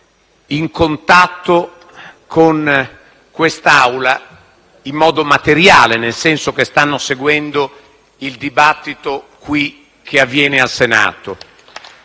in contatto con questa Aula in modo materiale, nel senso che stanno seguendo il dibattito che avviene qui al Senato.